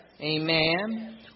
amen